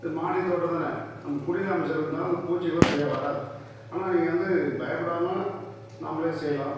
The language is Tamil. இது மாடி தோட்டம் தான் நம்ம குடில் அமைச்சிருந்தாலும் அந்த பூச்சிகளும் சரியாக வராது ஆனால் நீங்கள் வந்து பயப்படாமல் நாம்மளே செய்யலாம்